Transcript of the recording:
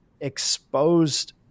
exposed